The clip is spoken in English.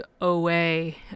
away